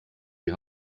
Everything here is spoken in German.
die